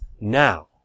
now